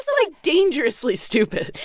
like, dangerously stupid.